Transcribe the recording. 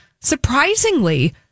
surprisingly